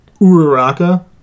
Uraraka